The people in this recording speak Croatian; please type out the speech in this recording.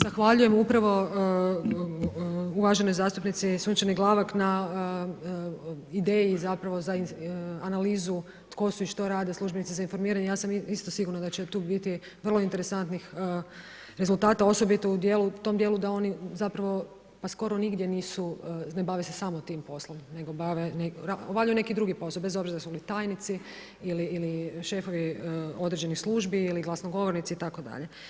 Zahvaljujem upravo uvaženoj zastupnici Sunčani Glavak na ideji za analizu tko su i što rade službenici za informiranje, ja sam isto sigurna da će tu biti vrlo interesantnih rezultata, osobito u tom djelu da oni zapravo pa skoro nigdje ne bave se samo tim poslom nego bave, obavljaju neki drugi posao, bez obzira jesu li tajnici ili šefovi određenih službi ili glasnogovornici itd.